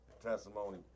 Testimony